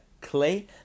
clay